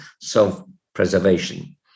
self-preservation